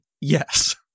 yes